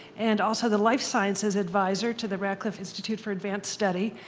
and also the life sciences adviser to the radcliffe institute for advanced study.